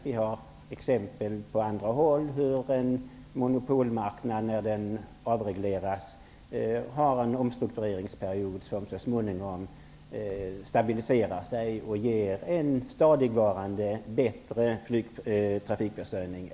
Vi har exempel från andra håll på hur en monopolmarknad, när den avregleras, efter en omstruktureringsperiod så småningom stabiliserar sig och ger en stadigvarande bättre flygtrafikförsörjning.